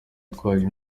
witwaje